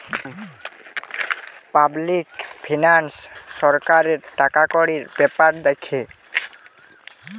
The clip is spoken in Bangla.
পাবলিক ফিনান্স সরকারের টাকাকড়ির বেপার দ্যাখে